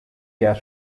yet